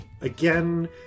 again